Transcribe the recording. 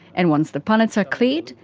and once the punnets are cleared,